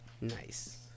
Nice